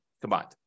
combined